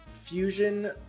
fusion